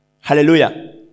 Hallelujah